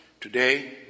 Today